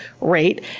rate